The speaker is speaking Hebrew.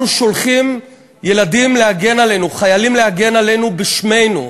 אנחנו שולחים ילדים, חיילים, להגן עלינו, בשמנו,